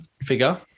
figure